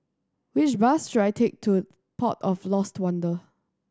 which bus should I take to Port of Lost Wonder